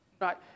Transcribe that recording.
Right